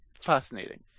fascinating